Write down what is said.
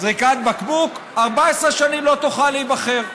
זריקת בקבוק, 14 שנים לא תוכל להיבחר.